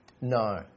No